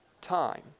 time